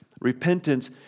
Repentance